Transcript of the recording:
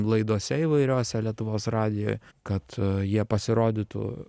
laidose įvairiose lietuvos radijoj kad jie pasirodytų